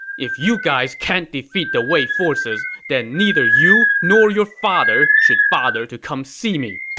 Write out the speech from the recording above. if you guys can't defeat the wei forces, then neither you nor your father should bother to come see me!